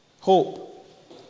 Hope